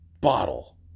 bottle